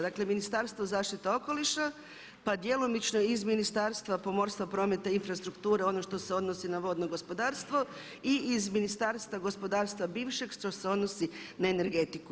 Dakle Ministarstvo zaštite okoliša, pa djelomično iz Ministarstva pomorstva, prometa i infrastrukture ono što se odnosi na vodno gospodarstvo i iz Ministarstva gospodarstva bivšeg što se odnosi na energetiku.